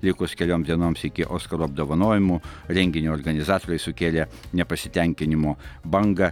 likus keliom dienoms iki oskarų apdovanojimų renginio organizatoriai sukėlė nepasitenkinimo bangą